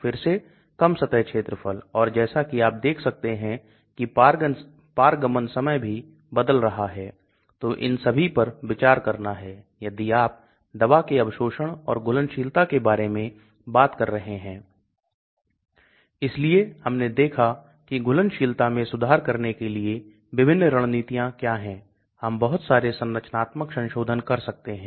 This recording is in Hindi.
तो हम इस पर ध्यान दें बेशक आप मौखिक दवा लेते हैं यह मैं पेट में चला जाता है इसे पूरी तरह से यहां पर घुलना होता है और यह घुलता है इसका मतलब जलीय घुलनशीलता बहुत महत्वपूर्ण भूमिका निभाती है और फिर यह झिल्ली को पार करती है रक्त में पहुंचने से पहले lipid membrane को पार करती है